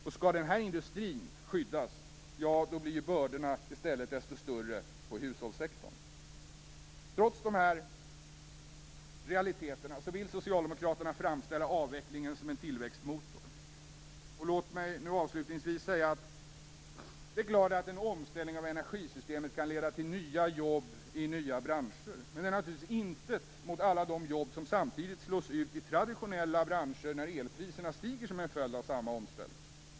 Om den här industrin skall skyddas blir ju bördorna i stället desto större på hushållssektorn. Trots dessa realiteter vill socialdemokraterna framställa avvecklingen som en tillväxtmotor. Det är klart att en omställning av energisystemet kan leda till nya jobb i nya branscher. Men det är naturligtvis ingenting jämfört med alla de jobb som samtidigt slås ut i traditionella branscher när elpriserna stiger som en följd av samma omställning.